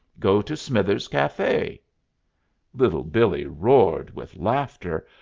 go to smithers's cafe little billee roared with laughter.